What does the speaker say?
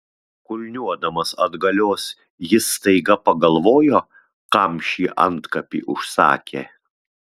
kulniuodamas atgalios jis staiga pagalvojo kam šį antkapį užsakė